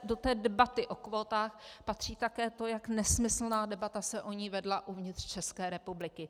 Do té debaty o kvótách patří také to, jak nesmyslná debata se o ní vedla uvnitř České republiky.